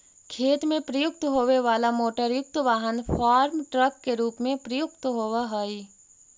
खेत में प्रयुक्त होवे वाला मोटरयुक्त वाहन फार्म ट्रक के रूप में प्रयुक्त होवऽ हई